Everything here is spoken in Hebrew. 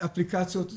אפליקציות,